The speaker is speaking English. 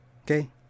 Okay